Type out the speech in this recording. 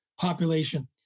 population